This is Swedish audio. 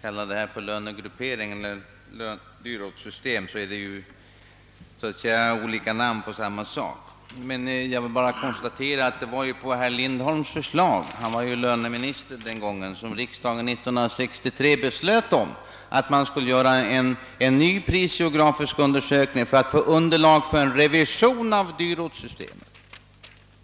kallar detta för lönegruppering eller dyrortssystem så är det endast olika namn på samma sak. Jag konstaterar att det var på herr Lindholms förslag — han var ju löneminister den gången — som riksdagen 1963 beslutade att man skulle göra en ny prisgeografisk undersökning för att få underlag för en revision av dyrortssystemet.